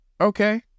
Okay